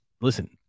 listen